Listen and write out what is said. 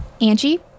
Angie